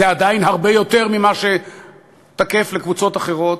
זה עדיין הרבה יותר ממה שתקף בקבוצות אחרות,